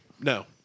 No